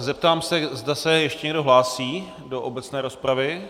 Zeptám se, zda se ještě někdo hlásí do obecné rozpravy.